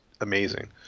amazing